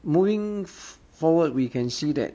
moving forward we can see that